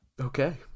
Okay